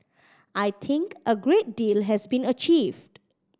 I think a great deal has been achieved